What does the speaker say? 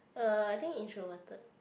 uh I think introverted